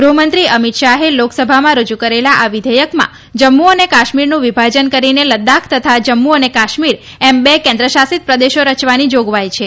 ગૃહમંત્રી અમિત શાહે લોકસભામાં રજૂ કરેલા આ વિધેયકમાં જમ્મુ અને કાશ્મીરનું વિભાજન કરીને લદ્દાખ તથા જમ્મુ અને કાશ્મીર એમ બે કેન્દ્રશાસિત પ્રદેશો રચવાની જાગવાઇ છે